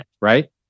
Right